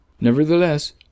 Nevertheless